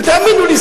ותאמינו לי,